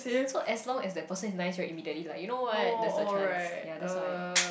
so as long as that person is nice right you immediately like you know what there's a chance ya that's why